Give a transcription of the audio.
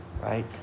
right